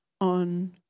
on